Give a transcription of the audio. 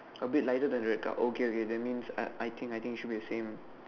a bit lighter than the car okay okay that means I think I think it should be the same